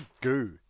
goo